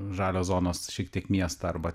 žalios zonos šiek tiek miestą arba